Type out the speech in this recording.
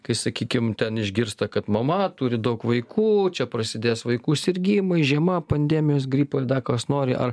kai sakykim ten išgirsta kad mama turi daug vaikų čia prasidės vaikų sirgimai žiema pandemijos gripai ir dar kas nori ar